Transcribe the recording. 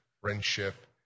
friendship